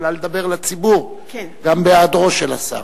יכולה לדבר אל הציבור גם בהיעדרו של השר.